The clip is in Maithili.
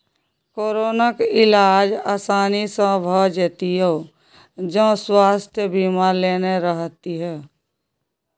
कोरोनाक इलाज आसानी सँ भए जेतियौ जँ स्वास्थय बीमा लेने रहतीह